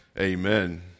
amen